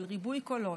של ריבוי קולות,